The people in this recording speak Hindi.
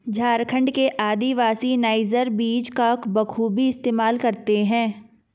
झारखंड के आदिवासी नाइजर बीज का बखूबी इस्तेमाल करते हैं